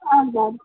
اَکھ ڈَبہٕ